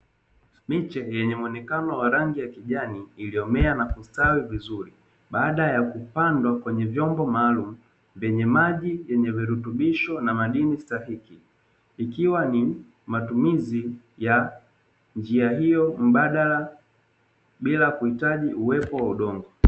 Miche yenye mwanakano wa rangi ya kijani iliyomea na kustawi vizuri baada ya kupandwa kwenye vyombo maalum vyenye maji yenye virutubisho na madini stahiki ikiwa ni matumizi ya njia hiyo mbadala bila kuhitaji uwepo wa udongo.